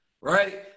right